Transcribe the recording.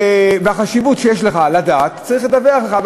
והחשיבות שתדע, צריך לדווח לך.